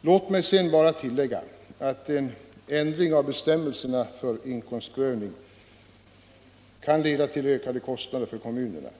Låt mig sedan bara tillägga att en ändring av bestämmelserna för inkomstprövning kan leda till ökade kostnader för kommunerna.